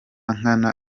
nkana